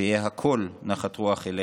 שיהא הכול נחת רוח אליך,